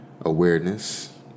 Awareness